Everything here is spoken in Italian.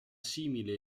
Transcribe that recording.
simile